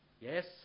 yes